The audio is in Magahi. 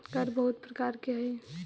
कर बहुत प्रकार के हई